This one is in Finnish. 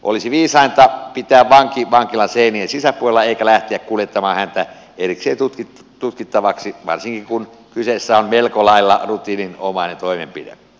olisi viisainta pitää vanki vankilan seinien sisäpuolella eikä lähteä kuljettamaan häntä erikseen tutkittavaksi varsinkin kun kyseessä on melko lailla rutiininomainen toimenpide